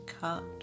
cut